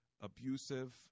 abusive